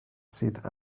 sydd